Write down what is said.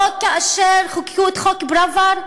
לא כאשר חוקקו את חוק פראוור?